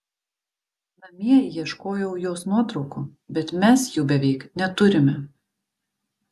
namie ieškojau jos nuotraukų bet mes jų beveik neturime